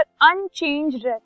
unchanged